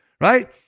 right